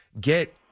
Get